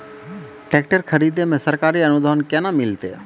Tractor खरीदै मे सरकारी अनुदान केना मिलतै?